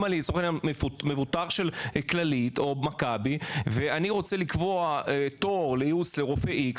אם אני מבוטח של כללי או מכבי ואני רוצה לקבוע תור לייעוץ X,